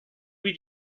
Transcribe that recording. lui